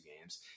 games